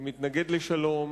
ומתנגד לשלום,